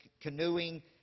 canoeing